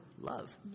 love